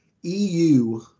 EU